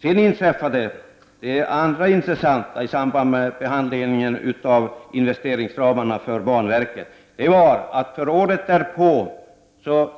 Det andra intressanta som inträffade i samband med behandlingen av investeringsramarna för banverket var att investeringsramen för året därpå